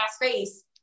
face